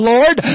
Lord